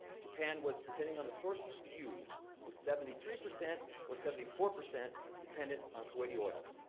japan was depending on the source you use was seventy three percent or seventy four percent dependent on kuwaiti oil,